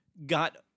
Got